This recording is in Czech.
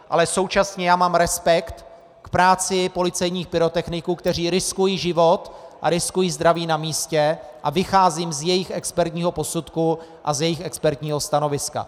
Ale současně mám respekt k práci policejních pyrotechniků, kteří riskují život a riskují zdraví na místě, a vycházím z jejich expertního posudku a z jejich expertního stanoviska.